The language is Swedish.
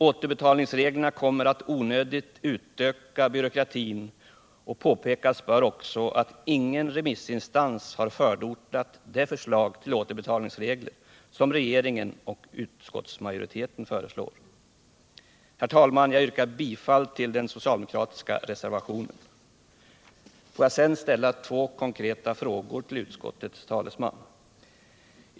Återbetalningsreglerna kommer att onödigt utöka byråkratin, och påpekas bör också att ingen remissinstans har förordat det förslag till återbetalningsregler som regeringen och utskottsmajoriteten för fram. Herr talman! Jag yrkar bifall till den socialdemokratiska reservationen. Jag vill sedan ställa två konkreta frågor till utskottets talesman.